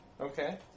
Okay